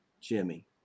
Jimmy